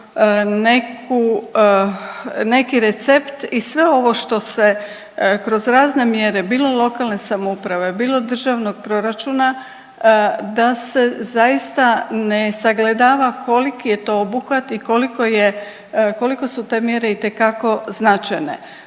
neki recept i sve ovo što se kroz razne mjere bilo lokalne samouprave bilo državnog proračuna da se zaista ne sagledava koliki je to obuhvat i koliko je, koliko su te mjere itekako značajne.